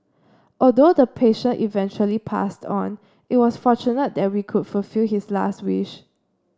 although the patient eventually passed on it was fortunate that we could fulfil his last wish